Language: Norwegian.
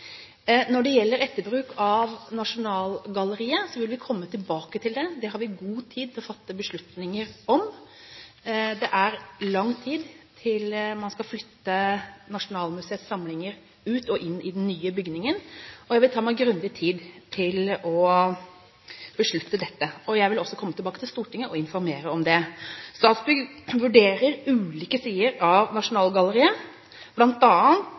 Når det gjelder etterbruk av Nasjonalgalleriet, vil vi komme tilbake til det, det har vi god tid til å fatte beslutninger om. Det er lang tid til man skal flytte Nasjonalmuseets samlinger ut og inn i den nye bygningen, og jeg vil ta meg grundig tid til å beslutte dette. Jeg vil også komme tilbake til Stortinget og informere om det. Statsbygg vurderer ulike sider av Nasjonalgalleriet,